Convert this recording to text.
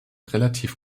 relativ